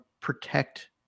protect